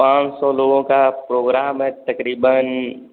पाँच सौ लोगों का प्रोग्राम है तकरीबन